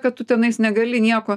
kad tu tenais negali nieko